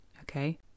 Okay